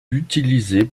utilisée